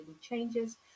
Changes